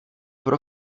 pro